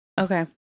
Okay